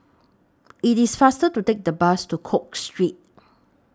IT IS faster to Take The Bus to Cook Street